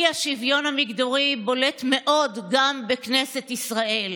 האי-שוויון המגדרי בולט מאוד גם בכנסת ישראל.